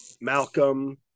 Malcolm